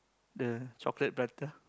the chocolate prata